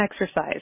exercise